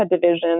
division